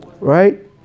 Right